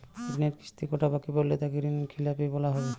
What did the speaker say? ঋণের কিস্তি কটা বাকি পড়লে তাকে ঋণখেলাপি বলা হবে?